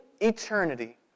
eternity